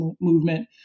Movement